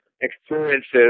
experiences